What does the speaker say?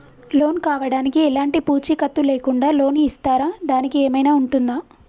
Loan కావడానికి ఎలాంటి పూచీకత్తు లేకుండా లోన్ ఇస్తారా దానికి ఏమైనా ఉంటుందా?